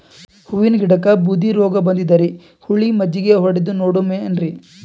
ಹೂವಿನ ಗಿಡಕ್ಕ ಬೂದಿ ರೋಗಬಂದದರಿ, ಹುಳಿ ಮಜ್ಜಗಿ ಹೊಡದು ನೋಡಮ ಏನ್ರೀ?